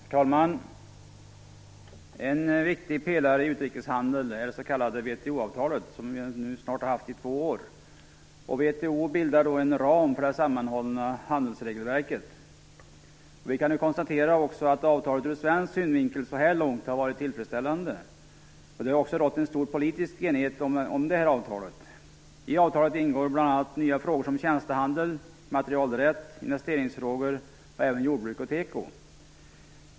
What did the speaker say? Herr talman! En viktig pelare i utrikeshandeln är det s.k. VHO-avtalet som nu snart har varit i kraft i två år. VHO bildar en ram för det sammanhållna handelsregelverket. Vi kan konstatera att avtalet ur svensk synvinkel så här långt har varit tillfredsställande. Det har ju också rått en stor politisk enighet avtalet. I avtalet ingår bl.a. nya frågor som tjänstehandel, immaterialrätt och investeringsfrågor samt även jordbruk och teko.